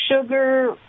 sugar